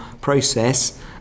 process